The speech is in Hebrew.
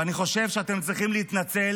ואני חושב שאתם צריכים להתנצל